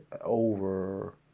over